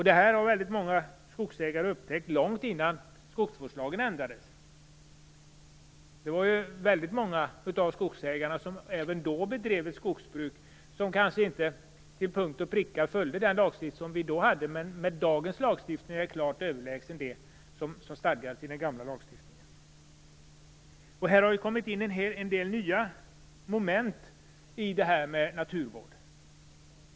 Det här har många skogsägare upptäckt långt innan skogsvårdslagen ändrades. Det var väldigt många av skogsägarna som även då bedrev ett skogsbruk som kanske inte till punkt och pricka följde den lagstiftning som vi då hade, men dagens lagstiftning är klart överlägsen det som stadgades i den gamla lagstiftningen. Det har kommit in en del nya moment i naturvård.